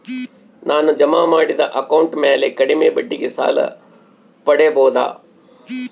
ನಾನು ಜಮಾ ಮಾಡಿದ ಅಕೌಂಟ್ ಮ್ಯಾಲೆ ಕಡಿಮೆ ಬಡ್ಡಿಗೆ ಸಾಲ ಪಡೇಬೋದಾ?